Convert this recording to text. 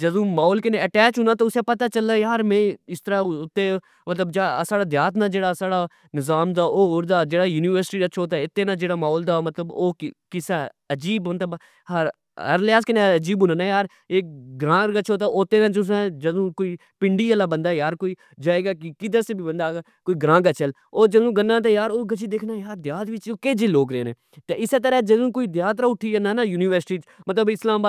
جدو محولکی نا اٹیچ ہون اسی پتا چلنا کہیار میں اسطرع اتے مطلب ساڑا دیہات نا ساڑا جیڑا نظامدا او ہور دا, جیڑا یونیورسٹی اچھو تہ اتھے نا جیڑا محول دا او کسہ اجیب ,ہرلہٰذ نال اجیب ہونا گراں گچھو تہ اتے نا جدو کوئی پنڈی آلہ بندا جائے گا کددر سے بھی بندا اگر گرا گچھہ او جدو جنا او دیکھنا جی دیہات وچ کہ جے لوک رہنے تہ اسہ ترہ .جدو کوئی دیہات نا اٹھی کھلنا نا یونیورسٹیچ مطلب اسلام